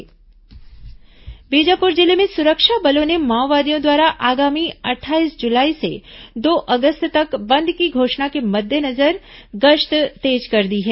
माओवादी सुरक्षा बल गश्त बीजापुर जिले में सुरक्षा बलों ने माओवादियों द्वारा आगामी अट्ठाईस जुलाई से दो अगस्त तक बंद की घोषणा के मद्देनजर गश्त तेज कर दी है